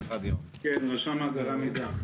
רשם מאגרי המידע.